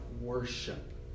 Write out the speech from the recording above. worship